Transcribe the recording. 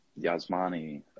Yasmani